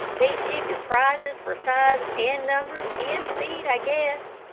they'd give yer prizes for size an' numbers an' speed, i guess!